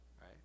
right